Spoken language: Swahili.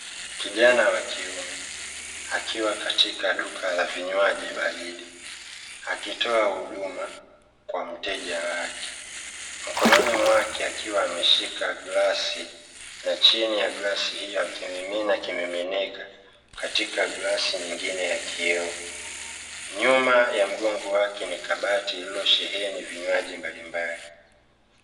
Kijana wa kiume akiwa katika duka la vinywaji baridi akitoa huduma kwa mteja wake, mkononi mwake akiwa ameshika glasi na chini ya glasi hiyo akimimina kimiminika katika glasi nyingine ya kioo. Nyuma mgongo wake ni kabati liliosheheni vinywaji mbalimbali.